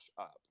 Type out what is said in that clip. up